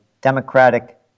Democratic